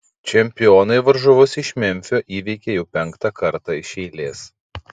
čempionai varžovus iš memfio įveikė jau penktą kartą iš eilės